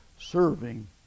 Serving